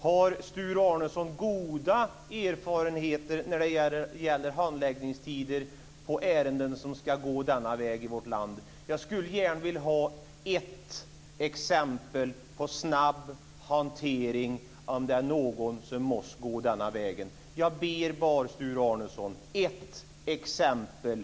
Har Sture Arnesson goda erfarenheter när det gäller handläggningstider för ärenden som går denna väg i vårt land? Jag skulle gärna vilja ha ett exempel på en snabb hantering, om det är någon som måste gå den här vägen. Jag ber Sture Arnesson om ett exempel.